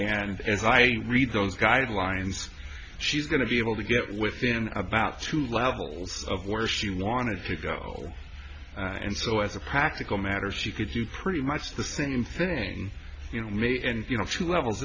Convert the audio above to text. as i read those guidelines she's going to be able to get within about two levels of where she i wanted to go and so as a practical matter she could do pretty much the same thing you know me and you know two levels